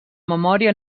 memòria